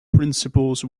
principals